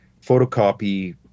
photocopy